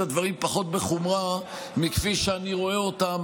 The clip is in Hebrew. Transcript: הדברים פחות בחומרה מכפי שאני רואה אותם,